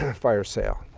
fire sale.